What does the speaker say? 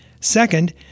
Second